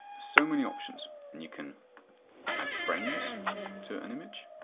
so many options. and you can add frames to an image.